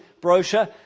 brochure